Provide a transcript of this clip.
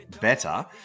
better